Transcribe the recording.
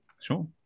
sure